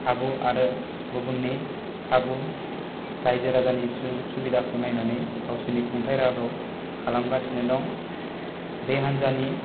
खाबु आरो गुबुननि खाबु रायजो राजानि सुजुग सुबिदाखौ नायनानै गावसिनि खुंथाय राहाखौ खालामगासिनो दं बे हान्जानि